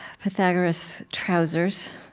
pythagoras' trousers,